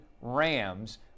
Rams